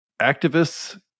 activists